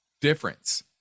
difference